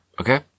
Okay